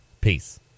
Peace